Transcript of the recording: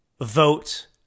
vote